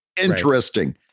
Interesting